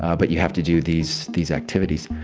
ah but you have to do these these activities,